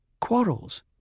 quarrels